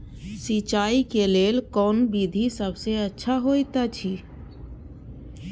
सिंचाई क लेल कोन विधि सबसँ अच्छा होयत अछि?